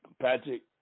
Patrick